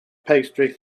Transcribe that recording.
pastry